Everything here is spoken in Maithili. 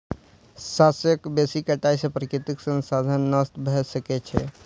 शस्यक बेसी कटाई से प्राकृतिक संसाधन नष्ट भ सकै छै